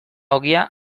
ogia